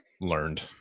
learned